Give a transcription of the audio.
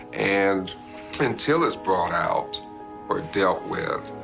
and until it's brought out or dealt with,